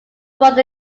brought